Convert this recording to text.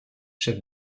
chef